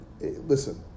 Listen